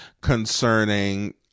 concerning